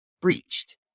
breached